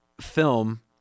film